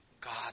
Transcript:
God